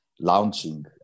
launching